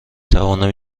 توانم